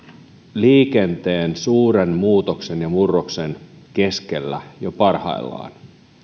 liikenteen suuren muutoksen ja murroksen keskellä jo parhaillaan